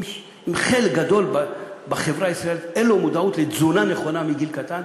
אם חלק גדול בחברה הישראלית אין לו מודעות לתזונה נכונה מגיל קטן,